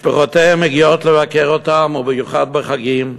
משפחותיהם מגיעות לבקר אותם, ובמיוחד בחגים,